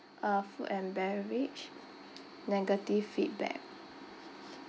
uh food and beverage negative feedback